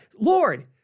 Lord